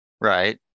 Right